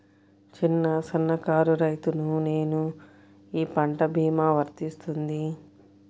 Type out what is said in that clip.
చిన్న సన్న కారు రైతును నేను ఈ పంట భీమా వర్తిస్తుంది?